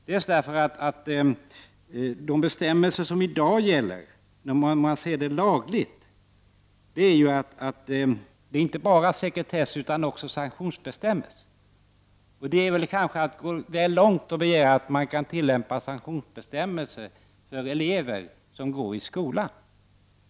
Nuvarande lagstiftning har inte bara sekretessregler utan innehåller även sanktionsbestämmelser. Det är kanske att gå väl långt att begära att man kan tillämpa sanktionsbestämmelser för elever som går i skolan.